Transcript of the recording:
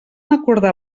acordar